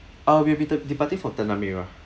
ah we will be de~ departing from Tanah Merah